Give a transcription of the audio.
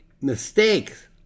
mistakes